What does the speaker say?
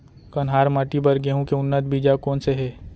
कन्हार माटी बर गेहूँ के उन्नत बीजा कोन से हे?